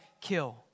kill